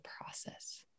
process